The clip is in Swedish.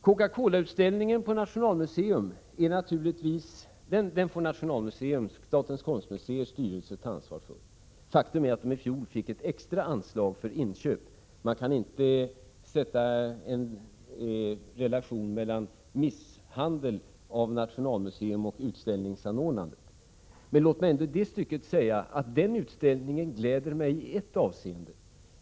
Coca Cola-utställningen på Nationalmuseum får naturligtvis Nationalmuseum och statens konstmuseers styrelse ta ansvar för. Faktum är att man i fjol fick ett extra anslag för inköp. Man kan inte sätta en relation mellan misshandel av Nationalmuseum och utställningsanordnandet. Men låt mig ändå i det stycket säga att den utställningen gläder mig i ett avseende.